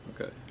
Okay